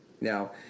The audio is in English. Now